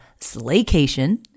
Slaycation